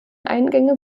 eingänge